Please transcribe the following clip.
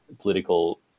political